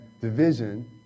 division